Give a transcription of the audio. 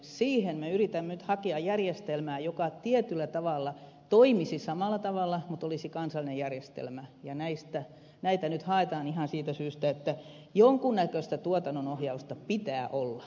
siihen me yritämme nyt hakea järjestelmää joka tietyllä tavalla toimisi samalla tavalla mutta olisi kansallinen järjestelmä ja näitä nyt haetaan ihan siitä syystä että jonkun näköistä tuotannonohjausta pitää olla